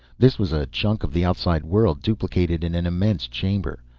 this was a chunk of the outside world duplicated in an immense chamber.